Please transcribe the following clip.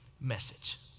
message